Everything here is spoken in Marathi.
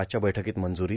आजच्या बैठकीत मंजूरी